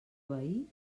veí